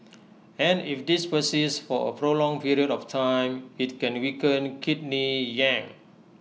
and if this persists for A prolonged period of time IT can weaken Kidney Yang